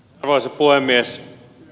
arvoisa puhemies